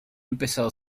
empezado